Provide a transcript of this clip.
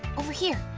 over here!